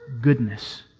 goodness